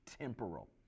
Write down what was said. temporal